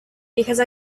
because